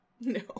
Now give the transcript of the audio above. No